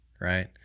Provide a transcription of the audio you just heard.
right